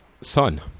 sun